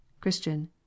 CHRISTIAN